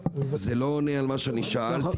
זה לא עונה על מה שאני שאלתי.